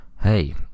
Hey